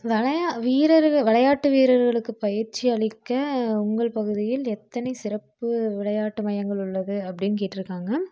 வெளையாட் வீரர் விளையாட்டு வீரர்களுக்கு பயிற்சி அளிக்க உங்கள் பகுதியில் எத்தனை சிறப்பு விளையாட்டு மையங்கள் உள்ளது அப்டின்னு கேட்டிருக்காங்க